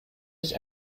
ich